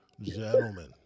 Gentlemen